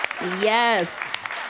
Yes